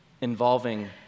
involving